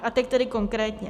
A teď tedy konkrétně.